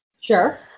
Sure